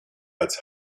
als